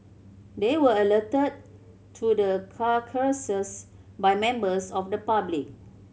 they were alerted to the carcasses by members of the public